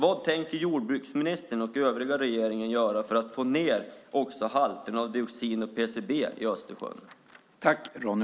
Vad tänker jordbruksministern och övriga regeringen göra för att få ned också halterna av dioxin och PCB i Östersjön?